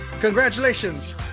Congratulations